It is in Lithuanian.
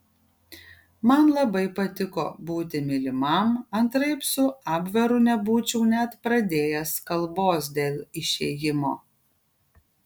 man labai patiko būti mylimam antraip su abveru nebūčiau net pradėjęs kalbos dėl išėjimo